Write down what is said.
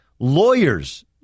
lawyers